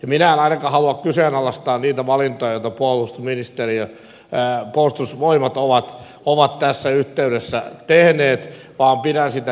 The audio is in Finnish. minä en ainakaan halua kyseenalaistaa niitä valintoja joita puolustusministeriö puolustusvoimat ovat tässä yhteydessä tehneet vaan pidän niitä järkevinä